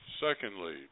Secondly